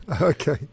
Okay